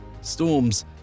Storms